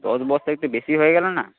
দশ বস্তা একটু বেশিই হয়ে গেল না